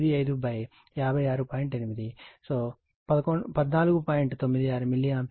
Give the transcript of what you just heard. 96 milli ampere